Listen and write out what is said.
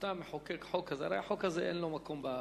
כשאתה מחוקק חוק, הרי החוק הזה, אין לו מקום,